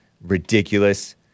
Ridiculous